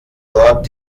dort